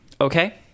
Okay